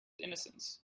innocence